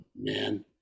man